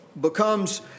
becomes